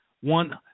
one